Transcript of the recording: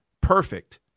perfect